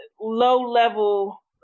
low-level